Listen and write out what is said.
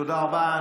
תודה רבה.